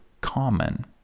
common